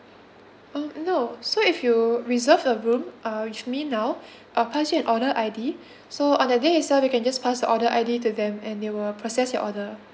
um no so if you reserve a room uh which mean now I'll pass you an order I_D so on that day itself you can just pass the order I_D to them and they will process your order